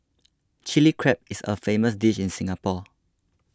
Chilli Crab is a famous dish in Singapore